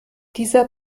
dieser